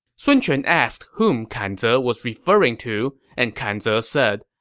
sun quan asked whom kan ze was referring to, and kan ze said,